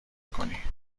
کنی